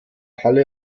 halle